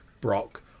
Brock